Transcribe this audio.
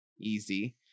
Easy